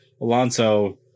Alonso